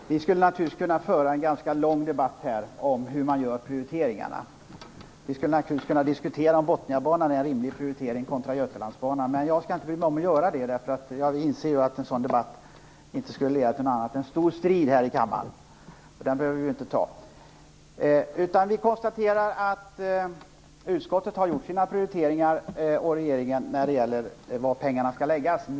Fru talman! Vi skulle naturligtvis kunna föra en ganska lång debatt om hur man prioriterar. Vi skulle naturligtvis kunna diskutera om Botniabanan är en rimlig prioritering kontra Götalandsbanan. Men jag skall inte bry mig om att göra det. Jag inser nämligen att en sådan debatt inte skulle leda till något annat än en stor strid här i kammaren, och den behöver vi inte ta. Jag konstaterar att utskottet och regeringen har gjort sina prioriteringar när det gäller frågan om var pengarna skall läggas.